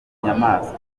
nyamaswa